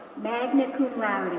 magna cum laude,